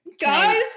Guys